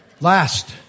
Last